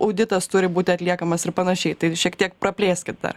auditas turi būti atliekamas ir panašiai tai šiek tiek praplėskit dar